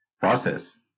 process